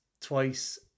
twice